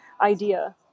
idea